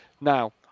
Now